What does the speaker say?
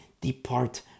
depart